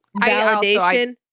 validation